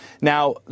Now